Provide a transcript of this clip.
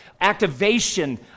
activation